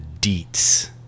deets